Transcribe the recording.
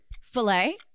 Filet